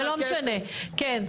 אבל לא משנה, כן.